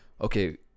okay